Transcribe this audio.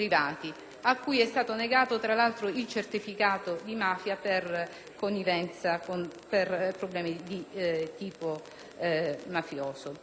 a cui è stato negato tra l'altro il certificato antimafia per problemi di tipo mafioso.